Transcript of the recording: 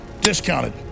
discounted